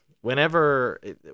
Whenever